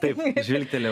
taip žvilgtelėjau